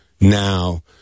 now